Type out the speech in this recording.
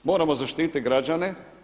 Moramo zaštititi građane.